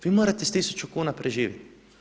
Vi morate s 1000 kuna preživjeti.